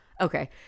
Okay